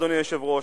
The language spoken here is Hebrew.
אדוני היושב-ראש,